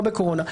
לא בקורונה,